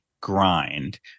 grind